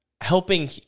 helping